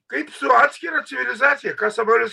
kaip su atskira civilizacija ką sabolius